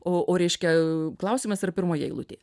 o reiškia klausimas yra pirmoje eilutėje